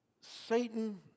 Satan